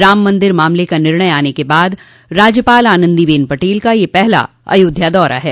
राम मंदिर मामले का निर्णय आने के बाद राज्यपाल आनन्दीबेन पटेल का यह पहला अयोध्या दौरा है